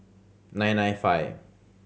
nine nine five